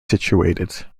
situated